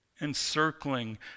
encircling